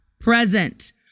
present